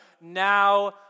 now